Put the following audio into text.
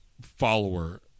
follower